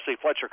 Fletcher